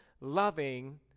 loving